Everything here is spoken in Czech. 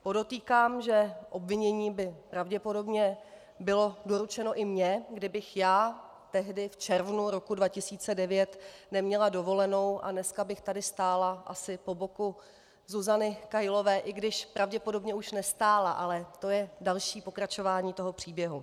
Podotýkám, že obvinění by pravděpodobně bylo doručeno i mně, kdybych já tehdy, v červnu roku 2009, neměla dovolenou, a dneska bych tu stála asi po boku Zuzany Kailové, i když pravděpodobně už nestála, ale to je další pokračování tohoto příběhu.